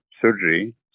surgery